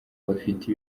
bafite